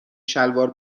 شلوار